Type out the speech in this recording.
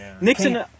Nixon